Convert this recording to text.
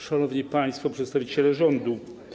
Szanowni Państwo Przedstawiciele Rządu!